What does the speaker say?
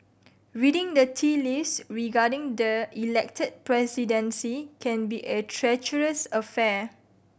reading the tea leaves regarding the Elected Presidency can be a treacherous affair